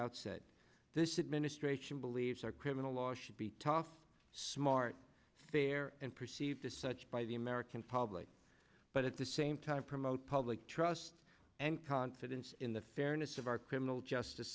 outset this administration believes our criminal law should be tough smart fair and perceived as such by the american public but at the same time promote public trust and confidence in the fairness of our criminal justice